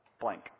blank